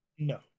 no